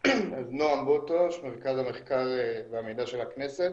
נעם בוטוש, מרכז המחקר והמידע של הכנסת.